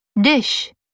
dish